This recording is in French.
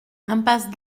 impasse